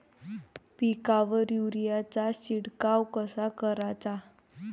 पिकावर युरीया चा शिडकाव कसा कराचा?